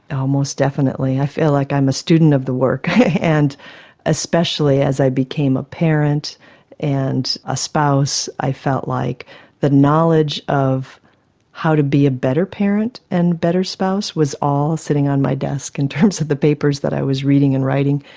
um most definitely. i feel like i'm a student of the work, and especially as i became a parent and a spouse, i felt like the knowledge of how to be a better parent and better spouse was all sitting on my desk in terms of the papers that i was reading and writing.